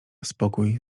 spokój